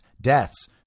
deaths